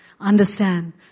understand